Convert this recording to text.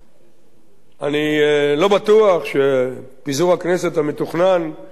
אני לא בטוח שפיזור הכנסת המתוכנן לא ישבש